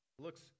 Looks